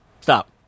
Stop